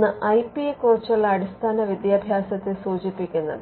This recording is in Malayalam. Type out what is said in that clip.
ഒന്ന് ഐ പിയെ ക്കുറിച്ചുള്ള അടിസ്ഥാന വിദ്യാഭ്യാസത്തെ സൂചിപ്പിക്കുന്നു